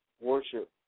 Worship